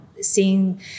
seeing